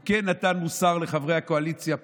הוא כן נתן מוסר לחברי הקואליציה פה,